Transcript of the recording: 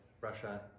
russia